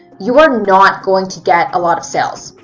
you are not going to get a lot of sales.